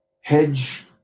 hedge